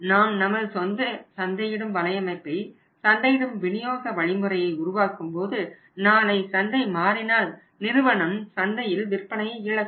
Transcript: நாம் நமது சொந்த சந்தையிடும் வலையமைப்பை சந்தையிடும் விநியோக வழிமுறையை உருவாக்கும்போது நாளை சந்தை மாறினால் நிறுவனம் சந்தையில் விற்பனையை இழக்கும்